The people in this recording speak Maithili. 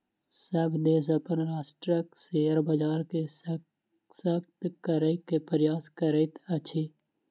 सभ देश अपन राष्ट्रक शेयर बजार के शशक्त करै के प्रयास करैत अछि